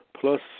plus